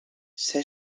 s’ha